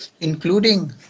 including